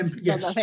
yes